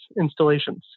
installations